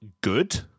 good